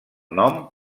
nom